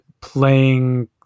playing